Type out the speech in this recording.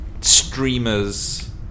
streamers